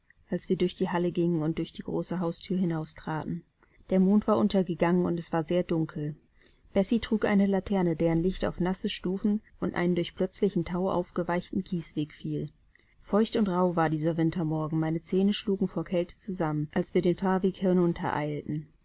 als wir durch die halle gingen und durch die große hausthür hinaustraten der mond war untergegangen und es war sehr dunkel bessie trug eine laterne deren licht auf nasse stufen und einen durch plötzlichen thau aufgeweichten kiesweg fiel feucht und rauh war dieser wintermorgen meine zähne schlugen vor kälte zusammen als wir den